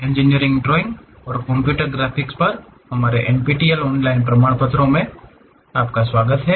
engineering drawing और computer graphics पर हमारे NPTEL ऑनलाइन प्रमाणपत्र पाठ्यक्रमों में आपका स्वागत है